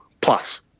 Plus